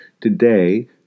today